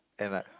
and like